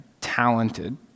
talented